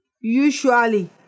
Usually